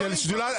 של השדולה?